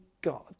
God